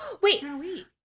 Wait